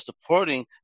supporting